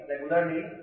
regularly